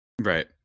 Right